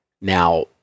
Now